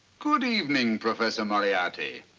good evening, professor moriarity.